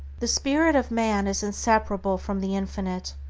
the spirit of man is inseparable from the infinite,